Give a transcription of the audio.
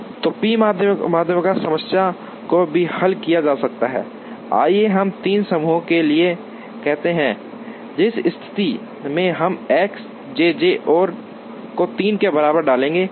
तो पी माध्यिका समस्या को भी हल किया जा सकता है आइए हम 3 समूहों के लिए कहते हैं जिस स्थिति में हम एक्स जेजे को 3 के बराबर डालेंगे